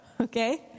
Okay